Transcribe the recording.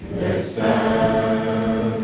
listen